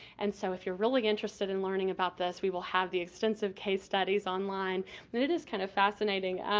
and so, if you're really interested in learning about this we will have the extensive case studies on line. and it is kind of fascinating.